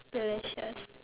delicious